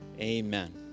amen